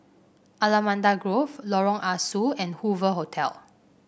Allamanda Grove Lorong Ah Soo and Hoover Hotel